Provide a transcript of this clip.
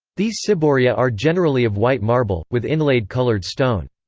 these ciboria are generally of white marble, with inlaid coloured stone.